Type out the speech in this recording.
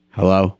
Hello